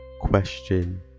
question